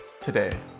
today